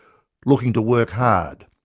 looking to work hard,